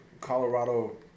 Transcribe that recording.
Colorado